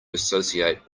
associate